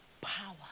power